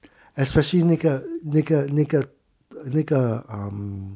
especially 那个那个那个那个 um